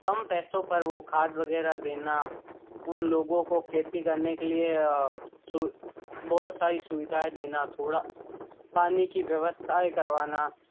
कम पैसों पर वो खाद वगैरह देना उन लोगों को खेती करने के लिए बहुत सारी सुविधाएं देना थोड़ा पानी की व्यवस्थाएँ करवाना